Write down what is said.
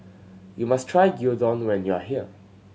you must try Gyudon when you are here